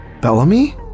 Bellamy